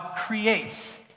creates